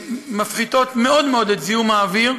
שמפחיתות מאוד מאוד את זיהום האוויר.